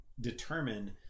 determine